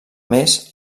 més